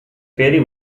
ferry